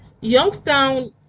Youngstown